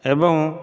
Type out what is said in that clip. ଏବଂ